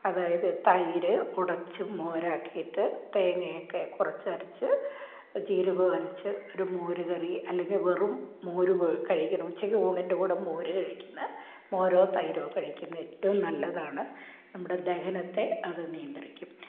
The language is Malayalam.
അതായത് തൈര് ഉടച്ച് മോരാക്കിയിട്ട് തേങ്ങയൊക്കെ കുറച്ചരച്ച് ജീരകവും അരച്ച് ഒരു മോര് കറി അല്ലെങ്കിൽ വെറും മോര് വെ കഴിക്കണം ഉച്ചക്ക് ഊണിന്റെ കൂടെ മോര് കഴിക്കുന്നത് മോരോ തൈരോ കഴിക്കുന്നത് ഏറ്റവും നല്ലതാണ് നമ്മുടെ ദഹനത്തെ അതു നിയന്ത്രിക്കും